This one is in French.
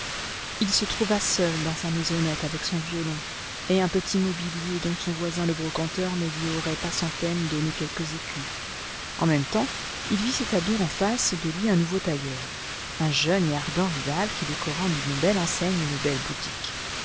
il se trouva seul dans sa maisonnette avec son violon et un petit mobilier dont son voisin le brocanteur ne lui aurait pas sans peine donné quelques écus en même temps il vit s'établir en face de lui un nouveau tailleur un jeune et ardent rival qui décora d'une belle enseigne une belle boutique